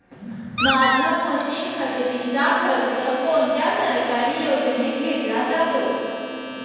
माझ्या मशीन खरेदीचा खर्च कोणत्या सरकारी योजनेत घेतला जातो?